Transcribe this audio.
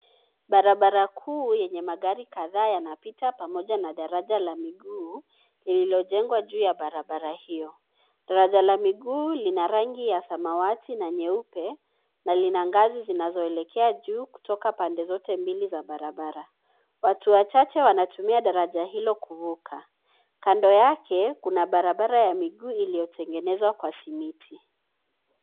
Barabara kuu yenye magari kadhaa yanapita pamoja na daraja la miguu lililojengwa juu ya barabara hiyo. Daraja la miguu lina rangi ya samawati na nyeupe na lina ngazi zinazoelekea juu kutoka pande zote mbili za barabara. Watu wachache wanatumia daraja hiyo kuvuka. Kando yake kuna barabara ya miguu iliyotegenezwa kwa simiti.